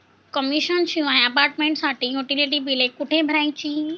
Commission शिवाय अपार्टमेंटसाठी utility बिले कुठे भरायची?